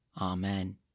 Amen